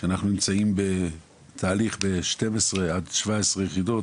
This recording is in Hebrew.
כשאנחנו נמצאים בתהליך כזה או אחר ב12-17 יחידות,